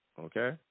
okay